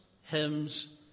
hymns